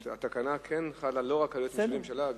התקנה חלה לא רק על היועץ המשפטי לממשלה,